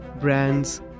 brands